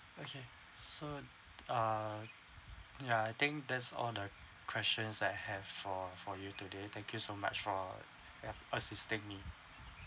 okay so uh ya I think that's all the questions I have for for you today thank you so much for assisting me